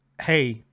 hey